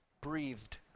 breathed